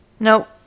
Nope